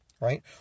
right